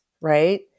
right